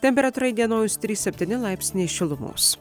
temperatūra įdienojus trys septyni laipsniai šilumos